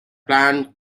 planned